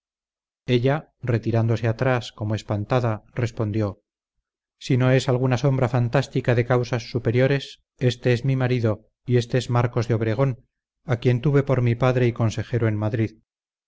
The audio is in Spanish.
ella retirándose atrás como espantada respondió si no es alguna sombra fantástica de causas superiores éste es mi marido y éste es marcos de obregón a quien tuve por mi padre y consejero en madrid